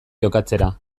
jokatzera